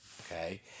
Okay